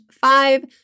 Five